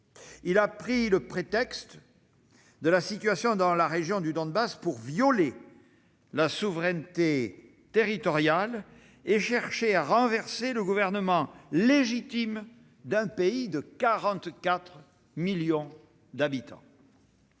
Il a pris le prétexte de la situation dans la région du Donbass pour violer la souveraineté territoriale et chercher à renverser le gouvernement légitime d'un pays de 44 millions d'habitants.